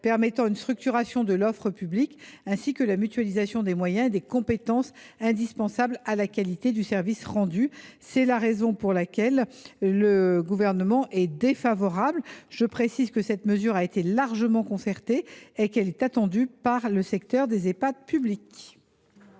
permettant une structuration de l’offre publique, ainsi que la mutualisation des moyens et des compétences indispensables à la qualité du service rendu. C’est la raison pour laquelle le Gouvernement est défavorable à cet amendement. Je précise que cette mesure a été largement concertée et qu’elle est attendue par le secteur des Ehpad publics.